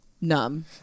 numb